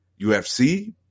UFC